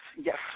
Yes